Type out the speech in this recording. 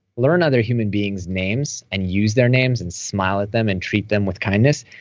learn other human beings names and use their names and smile at them and treat them with kindness.